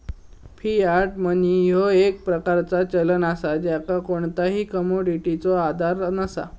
Fiat money ह्यो एक प्रकारचा चलन असा ज्याका कोणताही कमोडिटीचो आधार नसा